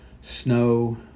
Snow